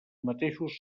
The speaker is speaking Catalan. mateixos